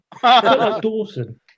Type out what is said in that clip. dawson